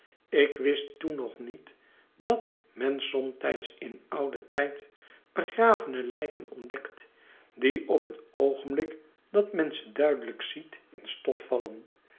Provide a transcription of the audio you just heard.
ik wist toen nog niet dat men somtijds in ouden tijd begravene lijken ontdekt die op het oogenblik dat men ze duidelijk ziet in stof vallen